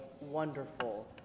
wonderful